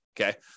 okay